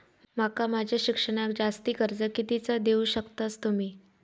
माका माझा शिक्षणाक जास्ती कर्ज कितीचा देऊ शकतास तुम्ही?